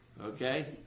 Okay